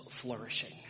Flourishing